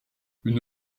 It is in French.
une